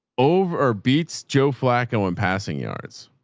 over beats, joe flacco and passing yards.